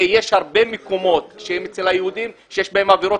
ויש הרבה מקומות אצל היהודים שיש בהם עבירות